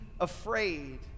afraid